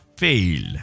fail